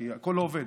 כי הכול לא עובד,